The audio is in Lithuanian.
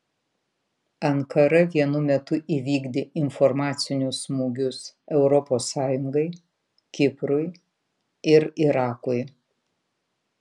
ankara vienu metu įvykdė informacinius smūgius europos sąjungai kiprui ir irakui